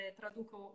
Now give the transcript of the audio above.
traduco